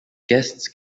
guests